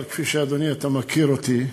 אבל כפי שאדוני מכיר אותי,